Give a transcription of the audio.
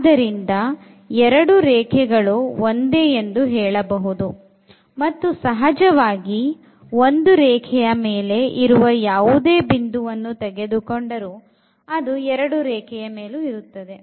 ಆದ್ದರಿಂದ ಎರಡು ರೇಖೆಗಳು ಒಂದೇ ಎಂದು ಹೇಳಬಹುದು ಮತ್ತು ಸಹಜವಾಗಿ ಒಂದು ರೇಖೆಯ ಮೇಲೆ ಇರುವ ಯಾವುದೇ ಬಿಂದುವನ್ನು ತೆಗೆದುಕೊಂಡರು ಅದು ಎರಡು ರೇಖೆಗಳ ಮೇಲಿರುತ್ತದೆ